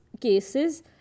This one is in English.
cases